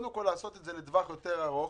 צריך לעשות את זה לטווח יותר ארוך,